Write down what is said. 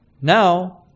Now